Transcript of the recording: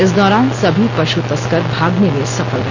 इस दौरान सभी पश् तस्कर भागने में सफल रहे